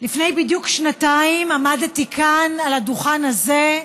לפני בדיוק שנתיים עמדתי כאן, על הדוכן הזה,